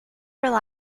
rely